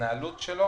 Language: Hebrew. בהתנהלות שלו.